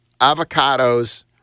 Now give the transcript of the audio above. avocados